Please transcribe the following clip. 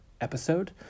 episode